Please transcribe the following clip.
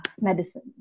medicine